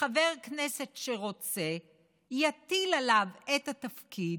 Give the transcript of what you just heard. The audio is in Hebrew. חבר כנסת שרוצה, יטיל עליו את התפקיד,